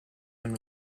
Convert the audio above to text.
been